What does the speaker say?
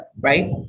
Right